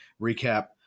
recap